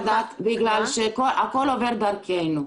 אני רוצה לדעת, בגלל שהכול עובר דרכנו.